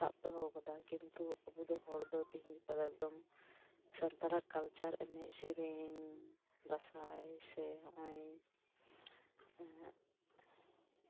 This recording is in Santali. ᱥᱟᱵ ᱫᱚᱦᱚ ᱠᱟᱫᱟ ᱠᱤᱱᱛᱩ ᱦᱚᱲᱫᱚ ᱛᱮᱦᱤᱧ ᱜᱟᱯᱟ ᱫᱚ ᱮᱠᱫᱚᱢ ᱥᱟᱱᱛᱟᱲᱟᱜ ᱠᱟᱞᱪᱟᱨ ᱮᱱᱮᱡ ᱥᱮᱨᱮᱧ ᱫᱟᱥᱟᱭ ᱥᱮ ᱱᱚᱜᱚᱭ